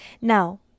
Now